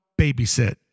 babysit